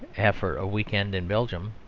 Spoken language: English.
after a weekend in belgium,